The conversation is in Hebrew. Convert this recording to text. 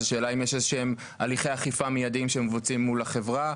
אז השאלה אם יש איזה שהם הליכי אכיפה מיידים שמבצעים מול החברה?